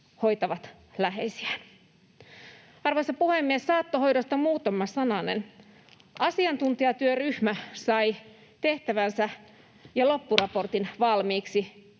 hoitavat läheisiään. Arvoisa puhemies! Saattohoidosta muutama sananen: Asiantuntijatyöryhmä sai valmiiksi tehtävänsä ja loppuraportin, [Puhemies